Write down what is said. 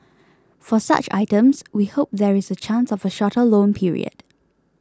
for such items we hope there is a chance of a shorter loan period